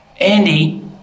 Andy